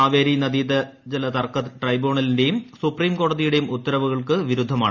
കാവേരി നദീജല തർക്ക ട്രൈബ്യൂണലിന്റെയും സുപ്രീംകോടതിയുടെയും ഉത്തരവുകൾക്ക് വിരുദ്ധമാണ്